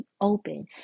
open